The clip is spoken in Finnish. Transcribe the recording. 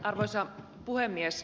arvoisa puhemies